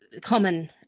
common